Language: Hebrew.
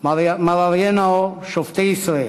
ומר אריה נאור, שופטי ישראל,